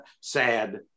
sad